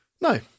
no